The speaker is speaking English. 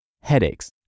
headaches